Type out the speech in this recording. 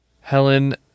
Helen